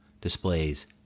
displays